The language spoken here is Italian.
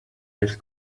nel